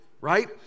Right